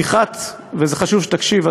זה חשוב שתקשיב,